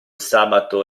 sabato